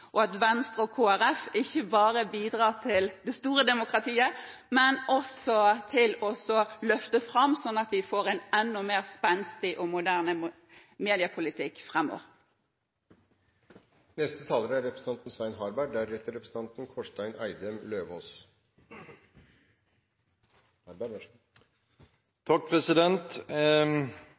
og at Venstre og Kristelig Folkeparti ikke bare bidrar til det store demokratiet, men også til å løfte fram dette, så vi får en enda mer spenstig og moderne mediepolitikk framover. De fleste har sagt det, og jeg vil gjenta det: Ja, vi slår fast at mediebransjen er